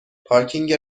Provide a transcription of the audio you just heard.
پارکینگ